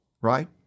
right